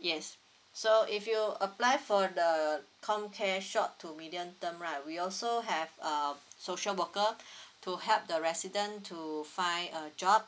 yes so if you apply for the comcare short to medium term right we also have uh social worker to help the resident to find uh job